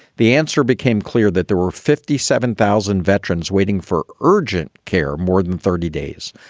the answer became clear that there were fifty seven thousand veterans waiting for urgent care more than thirty days.